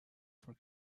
for